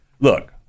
look